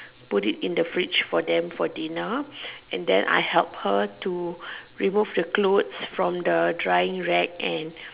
put it in the fridge for them for dinner and then I help her to remove the clothes from the drying rack and